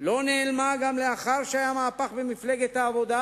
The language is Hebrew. לא נעלמה גם לאחר שהיה מהפך במפלגת העבודה,